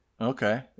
Okay